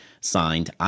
signed